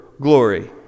glory